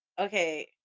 Okay